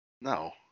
No